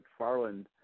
McFarland